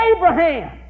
Abraham